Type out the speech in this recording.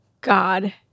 God